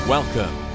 Welcome